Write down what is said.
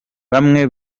bamwe